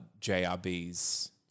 JRB's